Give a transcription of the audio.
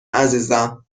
عزیزم